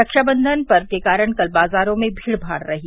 रक्षाबंधन पर्व के कारण कल बाजारो में भीडमाड रही